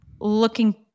looking